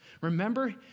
remember